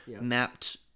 mapped